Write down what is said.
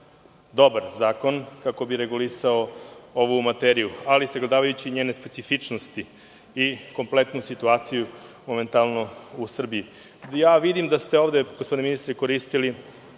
dobar zakon, kako bi regulisao ovu materiju, ali sagledavajući njene specifičnosti i kompletnu situaciju momentalno u Srbiji. Vidim da ste ovde, gospodine ministre, koristili